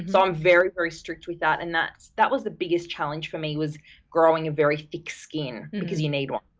um very, very strict with that and that that was the biggest challenge for me was growing a very thick skin because you need one.